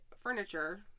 furniture